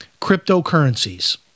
cryptocurrencies